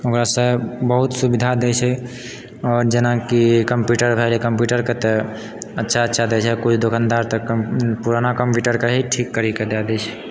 ओकरासँ बहुत सुविधा दै छै आओर जेनाकि कंप्यूटर भए गेलै कंप्यूटरके तऽ अच्छा अच्छा दै छै किछु दोकानदार तऽ कम पुराना कम्प्यूटरके ही ठीक करी कऽ दए दै छै